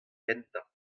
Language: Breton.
kentañ